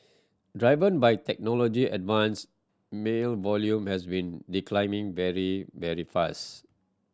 driven by technology advance mail volume has been declining very very fast